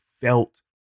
felt